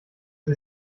die